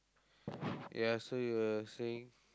yes so you were saying